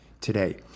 today